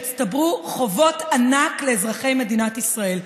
שהצטברו חובות ענק לאזרחי מדינת ישראל.